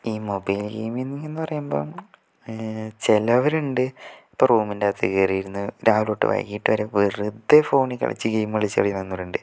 ഈ mobile gaming എന്ന് പറയുമ്പം ചിലര് ഉണ്ട് ഇപ്പോൾ റൂമിൻ്റകത്ത് കയറി ഇരുന്ന് രാവിലെ തൊട്ട് വൈകീട്ട് വരെ വെറുതെ ഫോണിൽ കളിച്ച് ഗെയിമ് കളിച്ച് കിടക്കുന്നവരുണ്ട്